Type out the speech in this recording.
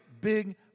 big